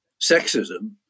sexism